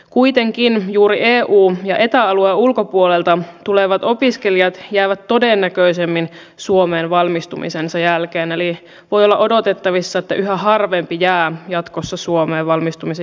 kuitenkin juuri eu ja eta alueen ulkopuolelta tulevat opiskelijat jäävät todennäköisemmin suomeen valmistumisensa jälkeen eli voi olla odotettavissa että yhä harvempi jää jatkossa suomen valmistumisen jälkeen